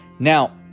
Now